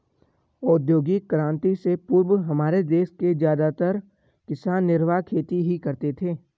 औद्योगिक क्रांति से पूर्व हमारे देश के ज्यादातर किसान निर्वाह खेती ही करते थे